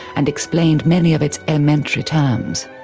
and explained many of its elementary terms.